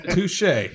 Touche